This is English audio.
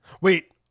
Wait